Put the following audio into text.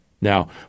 Now